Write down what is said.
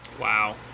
Wow